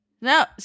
No